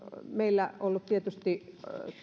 meillä ollut tietysti